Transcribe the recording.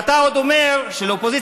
ואתה עוד אומר שהאופוזיציה,